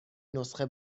نسخه